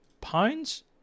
pounds